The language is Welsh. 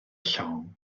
llong